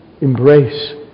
embrace